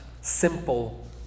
simple